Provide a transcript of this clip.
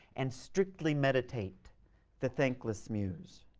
and strictly meditate the thankless muse?